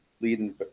leading